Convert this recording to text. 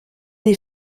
des